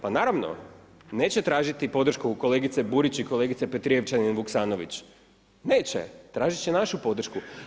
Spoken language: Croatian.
Pa naravno neće tražiti podršku kolegice Burić i kolegice Petrijevčanin Vuksanović, neće, tražiti će našu podršku.